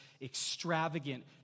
extravagant